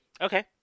okay